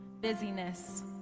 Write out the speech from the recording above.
busyness